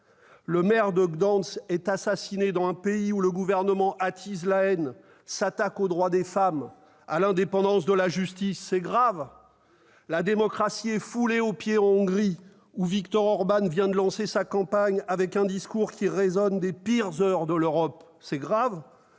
Le maire de Gdansk est assassiné dans un pays où le gouvernement attise la haine, s'attaque aux droits des femmes et à l'indépendance de la justice. C'est grave ! La démocratie est foulée aux pieds en Hongrie, où Viktor Orban vient de lancer sa campagne avec un discours qui réveille les échos des pires heures de l'Europe. C'est grave